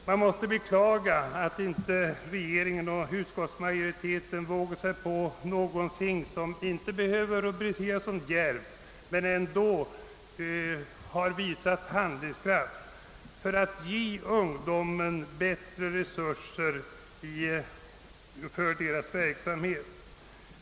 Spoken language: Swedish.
Man måste beklaga att regeringen och utskottsmajoriteten inte har vågat sig på något, som inte behöver rubriceras som djärvt men som ändå hade varit bevis på handlingskraft, för att ge ungdomen bättre resurser för dess verksamhet.